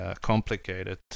complicated